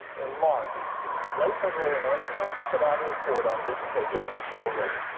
in march late february and early march put out a report on duplication in the federal government.